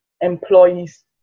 employees